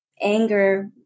anger